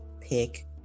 pick